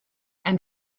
and